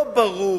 לא ברור